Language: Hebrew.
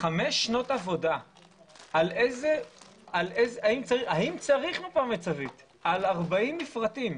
חמש שנות עבודה האם צריך מפה מצבית, על 40 מפרטים,